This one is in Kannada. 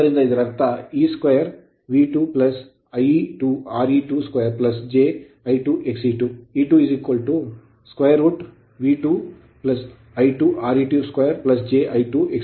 ಆದ್ದರಿಂದ ಇದರರ್ಥ E2 V2 I2 Re2 2 j I2 Xe2 E2 √ ಅಡಿಯಲ್ಲಿ V2 I2 Re2 2 j I2 Xe2